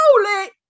holy